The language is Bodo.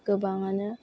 गोबाङानो